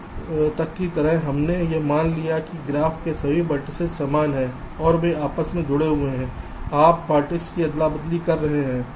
अब तक की तरह हमने यह मान लिया है कि ग्राफ में सभी वेर्तिसेस समान हैं और वे आपस में जुड़े हुए हैं आप वेर्तिसेस की अदला बदली कर रहे हैं